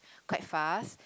quite fast